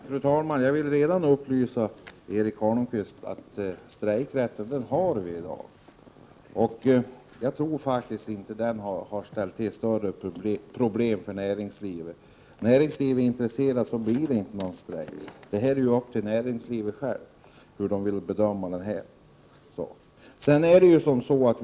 Fru talman! Jag vill upplysa Erik Holmkvist om att vi redan har strejkrätt i dag. Jag tror faktiskt att den inte har ställt till större problem för näringslivet. Är näringslivet intresserat blir det inte någon strejk. Hur man vill bedöma denna sak är upp till näringslivet.